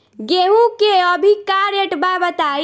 गेहूं के अभी का रेट बा बताई?